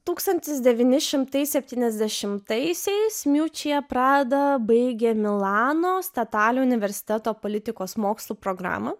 tūkstantis devyni šimtai septyniasdešimtaisiais miučia prada baigė milano statale universiteto politikos mokslų programą